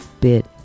bit